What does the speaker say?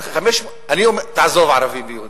אני אומר: תעזוב ערבים ויהודים,